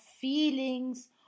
feelings